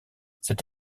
cette